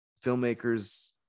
filmmakers